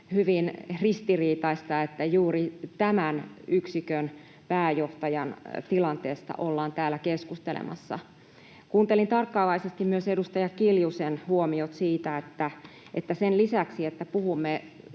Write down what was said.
hyvin ristiriitaista, että juuri tämän yksikön pääjohtajan tilanteesta ollaan täällä keskustelemassa. Kuuntelin tarkkaavaisesti myös edustaja Kiljusen huomiot siitä, että sen lisäksi, että puhumme